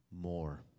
more